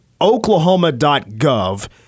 Oklahoma.gov